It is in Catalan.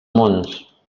munts